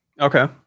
Okay